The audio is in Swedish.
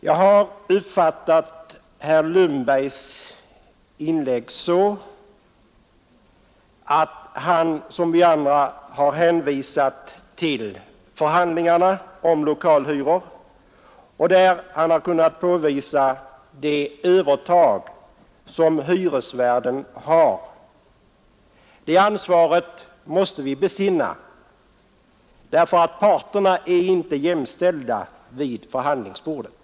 Jag har uppfattat herr Lundbergs inlägg så att han liksom vi andra har hänvisat till förhandlingarna om lokalhyror och där kunnat påvisa det övertag som hyresvärden har. Det ansvaret måste vi besinna, eftersom parterna inte är jämnställda vid förhandlingsbordet.